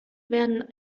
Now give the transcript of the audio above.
werden